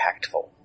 impactful